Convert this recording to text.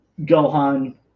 Gohan